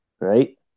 right